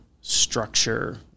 structure